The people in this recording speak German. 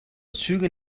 züge